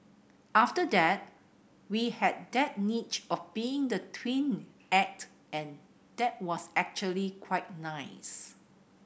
after that we had that niche of being the twin act and that was actually quite nice